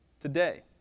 today